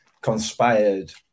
conspired